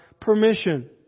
permission